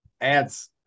ads